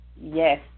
Yes